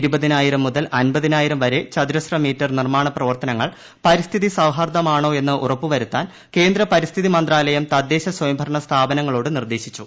ഇരുപതിനായിരം മുതൽ അൻപതിനായിരം വരെ ചതുരശ്രമീറ്റർ നിർമ്മാണ പ്രവർത്തനങ്ങൾ പരിസ്ഥിതി സൌഹൃദമാണോയെന്ന് ഉറപ്പ് വരുത്താൻ കേന്ദ്ര പരിസ്ഥിതി മന്ത്രാലയം തദ്ദേശ സ്വയംഭരണ സ്ഥാപനങ്ങളോട് നിർദ്ദേശിച്ചു